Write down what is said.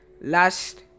Last